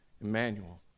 Emmanuel